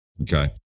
Okay